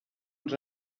ens